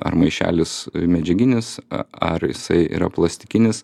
ar maišelis medžiaginis ar jisai yra plastikinis